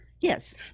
Yes